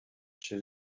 she